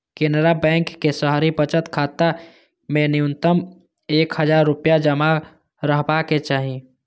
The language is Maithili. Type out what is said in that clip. केनरा बैंकक शहरी बचत खाता मे न्यूनतम एक हजार रुपैया जमा रहबाक चाही